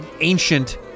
ancient